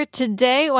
today